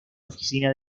oficina